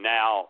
Now